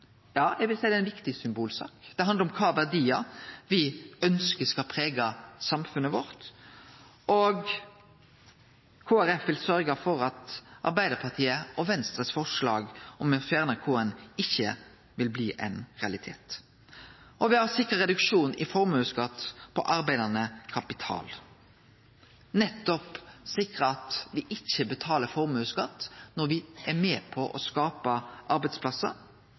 Ja – eg vil seie det er ei viktig symbolsak. Det handlar om kva verdiar me ønskjer skal prege samfunnet vårt, og Kristeleg Folkeparti vil sørgje for at Arbeidarpartiet og Venstres forslag om å fjerne K-en ikkje blir ein realitet. Me har sikra reduksjon i formuesskatt på arbeidande kapital – sikra at me ikkje betaler formuesskatt når me er med på å skape arbeidsplassar.